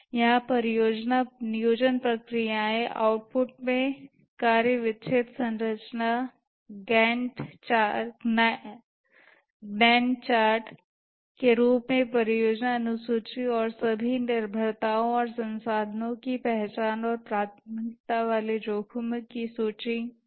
यहां परियोजना नियोजन प्रक्रियाएँ आउटपुट में कार्य विच्छेद संरचना गैंट चार्ट के रूप में परियोजना अनुसूची और सभी निर्भरताओं और संसाधनों की पहचान और प्राथमिकता वाले जोखिमों की सूची शामिल हैं